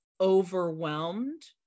overwhelmed